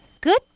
Good